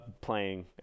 playing